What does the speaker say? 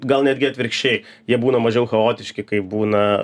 gal netgi atvirkščiai jie būna mažiau chaotiški kai būna